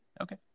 Okay